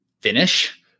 finish